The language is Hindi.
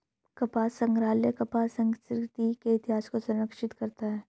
कपास संग्रहालय कपास संस्कृति के इतिहास को संरक्षित करता है